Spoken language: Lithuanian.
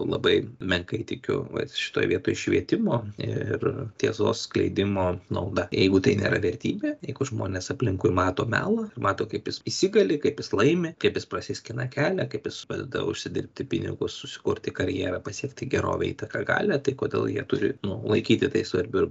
labai menkai tikiu vat šitoj vietoj švietimo ir tiesos skleidimo nauda jeigu tai nėra vertybė jeigu žmonės aplinkui mato melą mato kaip jis įsigali kaip jis laimi kaip jis prasiskina kelią kaip jis padeda užsidirbti pinigus susikurti karjerą pasiekti gerovę įtaką galią tai kodėl jie turi nu laikyti tai svarbiu